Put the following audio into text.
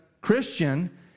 Christian